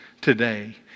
today